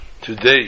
today